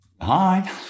Hi